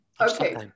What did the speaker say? Okay